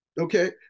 Okay